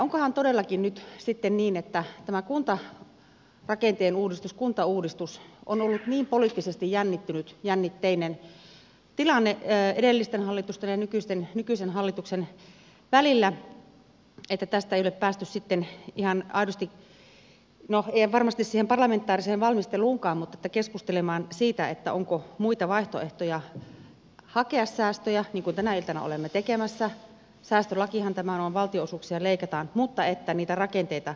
onkohan todellakin nyt sitten niin että tämä kuntarakenteen uudistus kuntauudistus on ollut niin poliittisesti jännitteinen tilanne edellisten hallitusten ja nykyisen hallituksen välillä että ei ole päästy sitten ihan aidosti varmasti siihen parlamentaariseen valmisteluunkaan eikä keskustelemaan siitä onko muita vaihtoehtoja hakea säästöjä niin kuin tänä iltana olemme tekemässä mutta säästölakihan tämä on valtion osuuksia leikataan nimittäin niitä rakenteita uudistamalla